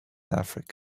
africa